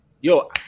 yo